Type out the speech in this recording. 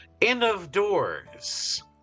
in-of-doors